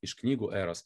iš knygų eros